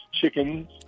chickens